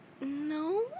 no